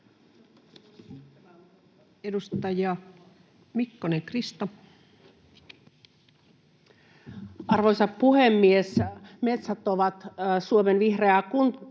Edustaja Mikkonen, Krista. Arvoisa puhemies! Metsät ovat Suomen vihreää kultaa,